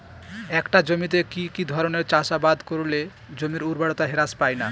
একটা জমিতে কি কি ধরনের চাষাবাদ করলে জমির উর্বরতা হ্রাস পায়না?